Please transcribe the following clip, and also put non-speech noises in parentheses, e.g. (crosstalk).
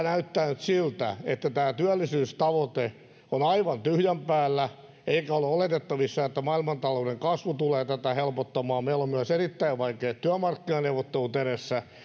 (unintelligible) näyttää nyt siltä että tämä työllisyystavoite on aivan tyhjän päällä eikä ole oletettavissa että maailmantalouden kasvu tulee tätä helpottamaan ja meillä on myös erittäin vaikeat työmarkkinaneuvottelut edessä